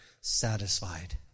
satisfied